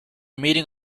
meeting